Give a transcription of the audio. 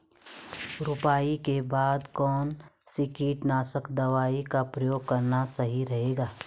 रुपाई के बाद कौन सी कीटनाशक दवाई का प्रयोग करना सही रहेगा?